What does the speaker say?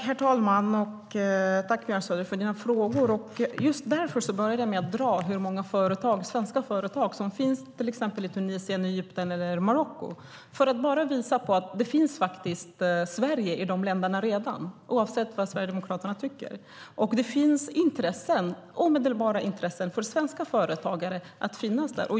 Herr talman! Tack, Björn Söder, för dina frågor! Jag började med att dra hur många svenska företag som finns till exempel i Tunisien, Egypten och Marocko för att visa att Sverige redan finns i dessa länder, oavsett vad Sverigedemokraterna tycker. Det finns omedelbara intressen för svenska företagare att finnas där.